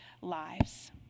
lives